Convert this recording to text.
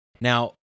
Now